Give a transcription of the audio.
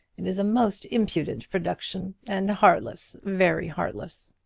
it is a most impudent production and heartless very heartless.